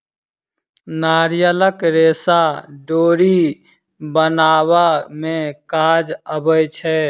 नारियलक रेशा डोरी बनाबअ में काज अबै छै